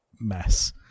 mess